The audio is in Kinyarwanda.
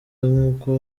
nk’uko